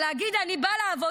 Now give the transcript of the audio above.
אבל להגיד: אני בא לעבודה?